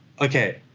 okay